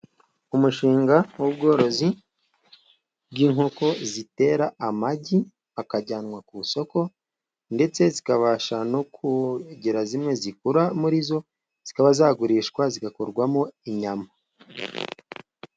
Umushinga w'ubworozi bw'inkoko zitera amagi, akajyanwa ku isoko, ndetse zikabasha no kugira zimwe zikura muri zo, zikaba zabasha kugurishwa zigakorwamo inyama.